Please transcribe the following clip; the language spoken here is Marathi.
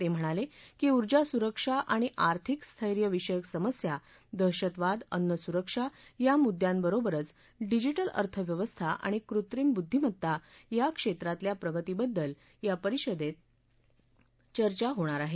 ते म्हणाले की ऊर्जा सुरक्षा आणि आर्थिक स्थैये विषयक समस्या दहशतवाद अन्नसुरक्षा या मुद्द्यांवरोबरच डिजिटल अर्थव्यवस्था आणि कृत्रिम बुद्धिमत्ता या क्षेत्रांतल्या प्रगतीबद्दल या परिषदेत चर्चा होणार आहे